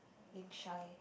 being shy